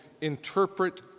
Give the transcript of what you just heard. interpret